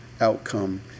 Outcome